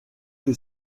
que